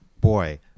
Boy